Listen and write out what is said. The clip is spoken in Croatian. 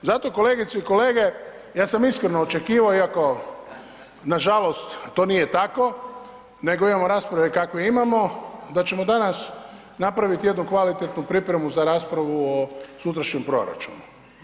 Zato kolegice i kolege, ja sam iskreno očekivao iako nažalost to nije tako nego imamo rasprave kakve imamo, da ćemo danas napraviti jednu kvalitetnu pripremu za raspravu o sutrašnjem proračunu.